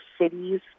cities